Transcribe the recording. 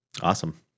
Awesome